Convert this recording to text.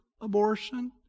abortion